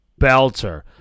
belter